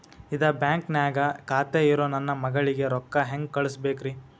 ಇದ ಬ್ಯಾಂಕ್ ನ್ಯಾಗ್ ಖಾತೆ ಇರೋ ನನ್ನ ಮಗಳಿಗೆ ರೊಕ್ಕ ಹೆಂಗ್ ಕಳಸಬೇಕ್ರಿ?